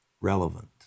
relevant